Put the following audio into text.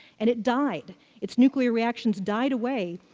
and it died its nuclear reactions died away,